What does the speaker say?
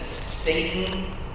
Satan